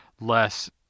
less